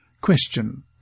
Question